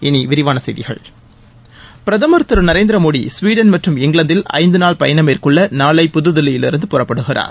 இனி விரிவான செய்திகள் பிரதமர் திரு நரேந்திரமோடி ஸ்வீடன் மற்றும் இங்கிலாந்தில் ஐந்துநாள் பயணம் மேற்கொள்ள நாளை புதுதில்லியிலிருந்து புறப்படுகிறார்